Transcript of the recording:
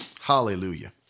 Hallelujah